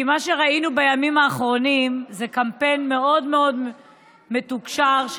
כי מה שראינו בימים האחרונים זה קמפיין מאוד מאוד מתוקשר של,